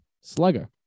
slugger